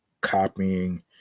copying